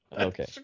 okay